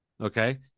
okay